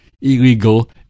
illegal